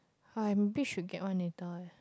I maybe should get one later eh